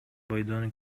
бойдон